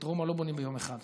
את רומא לא בונים ביום אחד,